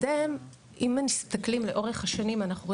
אם מסתכלים לאורך השנים אנחנו רואים